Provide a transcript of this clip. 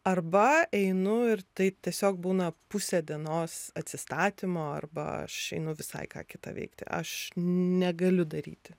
arba einu ir tai tiesiog būna pusė dienos atsistatymo arba aš einu visai ką kita veikti aš negaliu daryti